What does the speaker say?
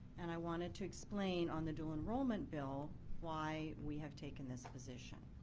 and i want to explain on the dual enrollment bill why we have taken this position.